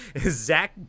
Zach